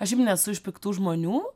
aš šiaip nesu iš piktų žmonių